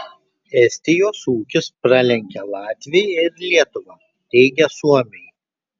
estijos ūkis pralenkia latviją ir lietuvą teigia suomiai